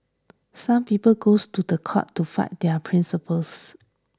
some people goes to court to fight their principles